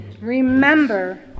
Remember